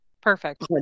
Perfect